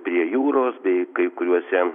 prie jūros bei kai kuriuose